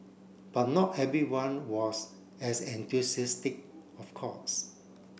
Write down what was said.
but not everyone was as enthusiastic of course